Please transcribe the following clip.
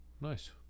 Nice